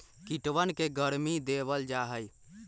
कीटवन के गर्मी देवल जाहई